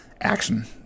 action